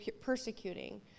persecuting